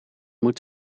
moet